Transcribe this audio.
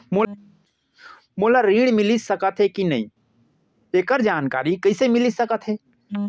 मोला ऋण मिलिस सकत हे कि नई एखर जानकारी कइसे मिलिस सकत हे?